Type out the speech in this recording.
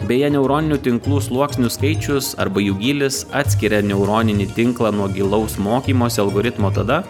beje neuroninių tinklų sluoksnių skaičius arba jų gylis atskiria neuroninį tinklą nuo gilaus mokymosi algoritmo tada